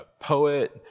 poet